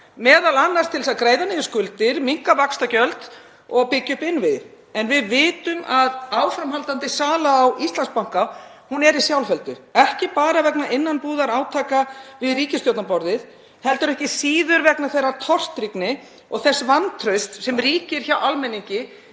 m.a. til þess að greiða niður skuldir, minnka vaxtagjöld og byggja upp innviði. En við vitum að áframhaldandi sala á Íslandsbanka er í sjálfheldu, ekki bara vegna innanbúðarátaka við ríkisstjórnarborðið heldur ekki síður vegna þeirrar tortryggni og þess vantrausts sem ríkir hjá almenningi